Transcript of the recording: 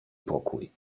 pokój